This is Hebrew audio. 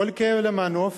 כל כאב למנוף,